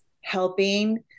helping